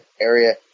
area